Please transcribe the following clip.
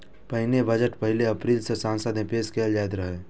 पहिने बजट पहिल अप्रैल कें संसद मे पेश कैल जाइत रहै